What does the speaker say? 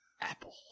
Apple